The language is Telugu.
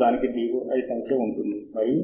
ఈ సందర్భంలో ఉదాహరణకు మెల్ట్